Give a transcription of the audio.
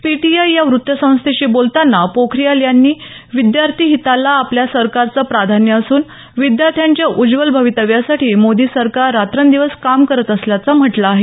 PTI या वृत्तसंस्थेशी बोलताना पोखरीयाल यांनी विद्यार्थी हिताला आपल्या सरकारचं प्राधान्य असून विद्यार्थ्यांच्या उज्ज्वल भवितव्यासाठी मोदी सरकार रात्रंदिवस काम करत असल्याचं म्हटलं आहे